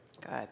Good